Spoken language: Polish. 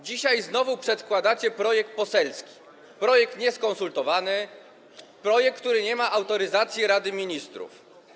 Dzisiaj znowu przedkładacie projekt poselski, projekt nieskonsultowany, projekt, który nie ma autoryzacji Rady Ministrów.